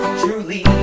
truly